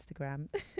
Instagram